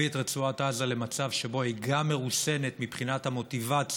את רצועת עזה למצב שבו היא גם מרוסנת מבחינת המוטיבציה